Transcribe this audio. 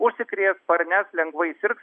užsikrės parneš lengvai sirgs